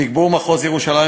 תגבור מחוז ירושלים,